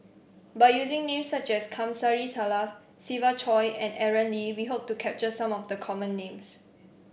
by using names such as Kamsari Salam Siva Choy and Aaron Lee we hope to capture some of the common names